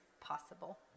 possible